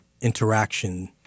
interaction